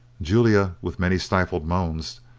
julia, with many stifled moans,